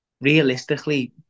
realistically